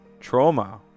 trauma